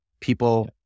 People